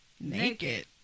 naked